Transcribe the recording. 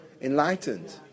enlightened